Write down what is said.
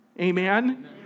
Amen